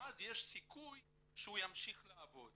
ואז יש סיכוי שהוא ימשיך לעבוד